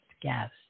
guest